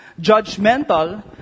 judgmental